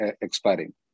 expiring